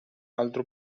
altro